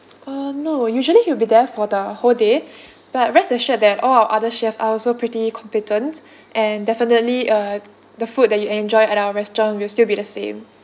uh no usually he'll be there for the whole day but rest assured that all our other chef are also pretty competent and definitely uh the food that you enjoy at our restaurant will still be the same